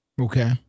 Okay